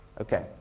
Okay